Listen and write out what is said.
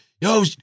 yo